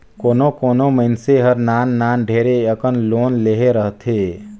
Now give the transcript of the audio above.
कोनो कोनो मइनसे हर नान नान ढेरे अकन लोन लेहे रहथे